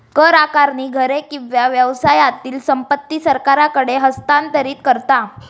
कर आकारणी घरे किंवा व्यवसायातली संपत्ती सरकारकडे हस्तांतरित करता